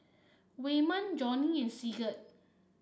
Waymon Johnie and Sigurd